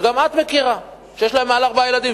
וגם את מכירה שיש להם מעל ארבעה ילדים,